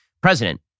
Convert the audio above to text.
president